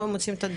או מוצאים סם בדם.